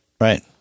right